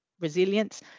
resilience